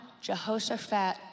Jehoshaphat